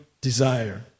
desire